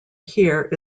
here